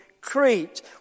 Crete